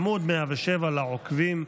עמ' 107 לעוקבים,